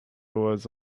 was